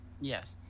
Yes